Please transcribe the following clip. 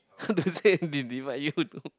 divide you into